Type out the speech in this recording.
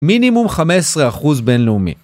מינימום 15% בינלאומי